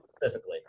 Specifically